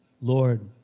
Lord